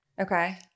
Okay